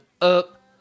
up